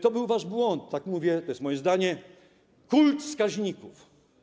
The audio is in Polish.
To był wasz błąd - tak mówię, to jest moje zdanie - kult wskaźników.